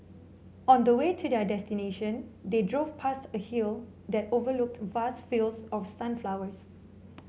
on the way to their destination they drove past a hill that overlooked vast fields of sunflowers